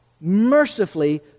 mercifully